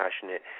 passionate